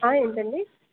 ఏంటండి